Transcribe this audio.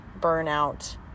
burnout